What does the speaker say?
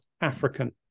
African